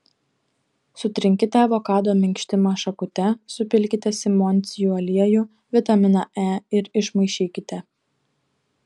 sutrinkite avokado minkštimą šakute supilkite simondsijų aliejų vitaminą e ir išmaišykite